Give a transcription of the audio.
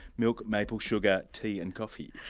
milk, maple sugar, tea and coffee.